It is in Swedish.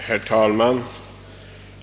Herr talman!